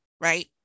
right